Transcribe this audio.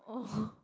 oh